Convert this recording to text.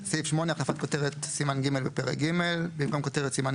החלפת כותרת סימן ג' בפרק ג' 8. במקום כותרת סימן